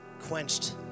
quenched